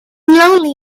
lonely